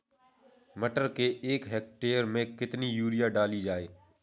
मटर के एक हेक्टेयर में कितनी यूरिया डाली जाए?